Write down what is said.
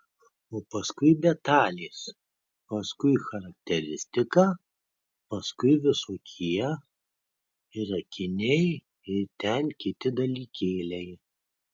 o paskui detalės paskui charakteristika paskui visokie ir akiniai ir ten kiti dalykėliai